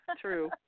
true